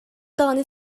даҕаны